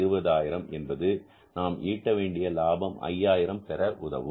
120000 என்பது நாம் ஈட்ட வேண்டிய லாபம் 5000 பெற உதவும்